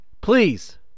please